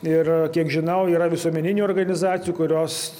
ir kiek žinau yra visuomeninių organizacijų kurios